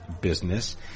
Business